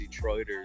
Detroiters